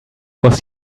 was